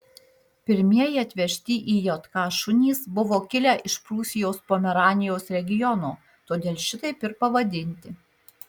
pirmieji atvežti į jk šunys buvo kilę iš prūsijos pomeranijos regiono todėl šitaip ir pavadinti